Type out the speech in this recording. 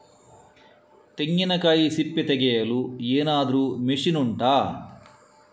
ತೆಂಗಿನಕಾಯಿ ಸಿಪ್ಪೆ ತೆಗೆಯಲು ಏನಾದ್ರೂ ಮಷೀನ್ ಉಂಟಾ